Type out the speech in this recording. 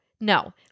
No